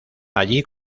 allí